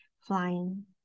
flying